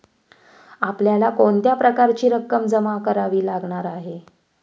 आपल्याला कोणत्या प्रकारची रक्कम जमा करावी लागणार आहे?